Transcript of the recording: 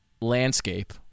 landscape